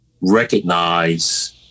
recognize